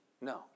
No